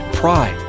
Pride